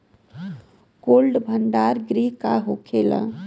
Cold भण्डार गृह का होखेला?